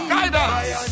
Guidance